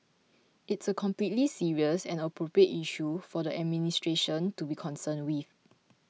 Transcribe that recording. it's a completely serious and appropriate issue for the administration to be concerned with